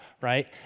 right